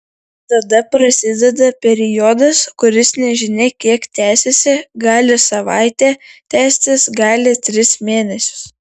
tada prasideda periodas kuris nežinia kiek tęsiasi gali savaitę tęstis gali tris mėnesius